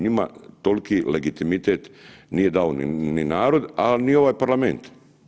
Njima tolki legitimitet nije dao ni narod, a ni ovaj parlament.